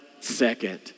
second